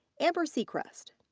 amber secrest.